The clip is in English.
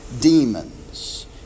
demons